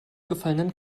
gefallenen